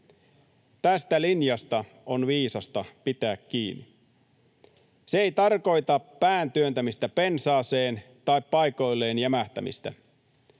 Tästä linjasta on viisasta pitää kiinni. Se ei tarkoita pään työntämistä pensaaseen tai paikoilleen jämähtämistä.